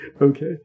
Okay